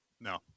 No